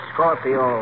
Scorpio